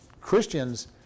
Christians